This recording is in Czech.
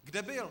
Kde byl?